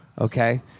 Okay